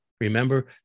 Remember